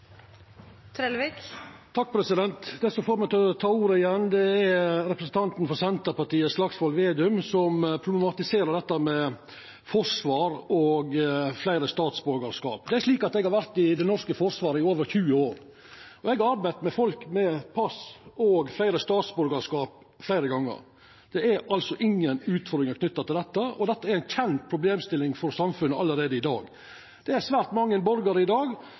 representanten frå Senterpartiet, Slagsvold Vedum, som problematiserer dette med forsvar og fleire statsborgarskap. Eg har vore i det norske forsvaret i over 20 år, og eg har arbeidt med folk med pass og fleire statsborgarskap fleire gonger. Det er ingen utfordringar knytte til dette, dette er ei kjend problemstilling for samfunnet allereie i dag. Det er svært mange borgarar i dag